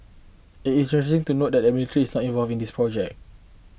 it is interesting to note that the every not involving this project